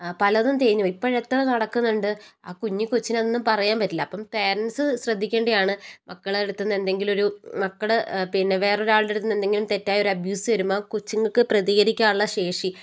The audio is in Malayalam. ആ പലതും തേഞ്ഞു പോയി ഇപ്പഴെത്ര നടക്കുന്നൊണ്ട് ആ കുഞ്ഞി കൊച്ചിനതൊന്നും പറയാൻ പറ്റില്ല അപ്പം പേരെൻറ്റ്സ് ശ്രദ്ധിക്കേണ്ടതാണ് മക്കളുടെ അടുത്ത് നിന്ന് എന്തെങ്കിലും ഒരു മക്കളുടെ പിന്നെ വേറൊരാൾടെ അടുത്ത് നിന്ന് എന്തെങ്കിലും തെറ്റായ ഒരു അബ്യൂസ് വരുമ്പം ആ കൊച്ചങ്ങൾക്ക് പ്രതികരിക്കാനുള്ള ശേഷി